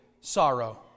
sorrow